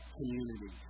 community